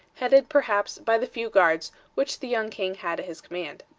headed, perhaps, by the few guards which the young king had at his command.